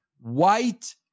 white